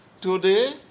Today